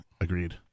Agreed